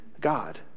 God